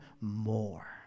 more